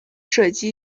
射击